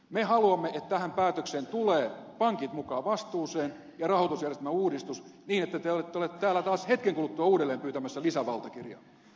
me haluamme että tähän päätökseen tulevat pankit mukaan vastuuseen ja tulee rahoitusjärjestelmän uudistus niin että te ette ole täällä taas hetken kuluttua uudelleen pyytämässä lisävaltakirjaa